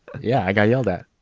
yeah, i got yelled at